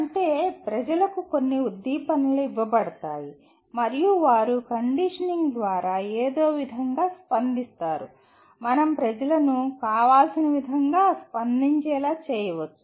అంటే ప్రజలకు కొన్ని ఉద్దీపనలు ఇవ్వబడతాయి మరియు వారు కండిషనింగ్ ద్వారా ఏదో ఒక విధంగా స్పందిస్తారు మనం ప్రజలను కావాల్సిన విధంగా స్పందించేలా చేయవచ్చు